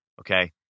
Okay